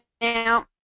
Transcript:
Now